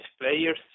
players